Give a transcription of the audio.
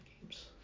games